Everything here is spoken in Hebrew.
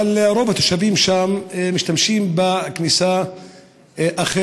אבל רוב התושבים שם משתמשים בכניסה אחרת,